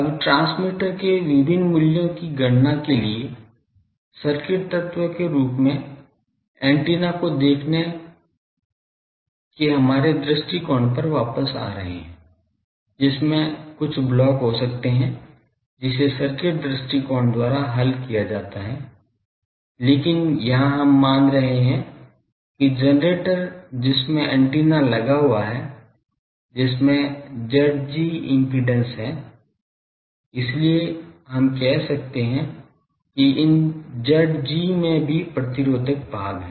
अब ट्रांसमीटर के विभिन्न मूल्यों की गणना के लिए सर्किट तत्व के रूप में एंटीना को देखने के हमारे दृष्टिकोण पर वापस आ रहे हैं जिसमें कुछ ब्लॉक हो सकते हैं जिसे सर्किट दृष्टिकोण द्वारा हल किया जाता हैं इसलिए यहां हम मान रहे हैं कि जेनरेटर जिसमें एंटीना लगा हुआ है जिसमें Zg इम्पीडेन्स है इसलिए हम कह सकते हैं कि इन Zg में भी प्रतिरोधक भाग है